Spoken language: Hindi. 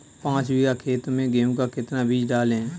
पाँच बीघा खेत में गेहूँ का कितना बीज डालें?